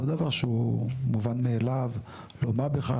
זה לא משהו מובן מאליו, של מה בכך.